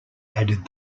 added